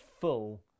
full